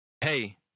hey